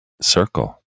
Circle